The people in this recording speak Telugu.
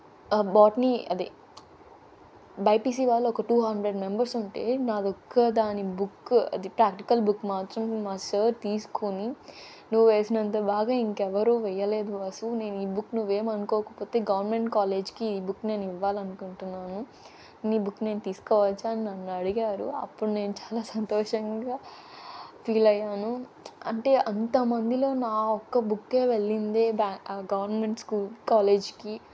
బోటనీ అదే బైపీసి వాళ్ళు ఒక టూ హండ్రెడ్ మెంబర్స్ ఉంటే నాది ఒక్కదాని బుక్ అది ప్రాక్టికల్ బుక్ మాత్రం మా సార్ తీసుకొని నువ్వు వేసినంత బాగా ఇంకెవరూ వేయలేదు వాసు నేను ఈ బుక్ నువ్వేం అనుకోకపోతే గవర్నమెంట్ కాలేజ్కి ఈ బుక్ నేను ఇవ్వాలనుకుంటున్నాను నీ బుక్ నేను తీసుకోవచ్చా అని నన్ను అడిగారు అప్పుడు నేను చాలా సంతోషంగా ఫీల్ అయ్యాను అంటే అంతమందిలో నా ఒక్క బుక్కే వెళ్ళిందే గవర్నమెంట్ స్కూల్ కాలేజ్కి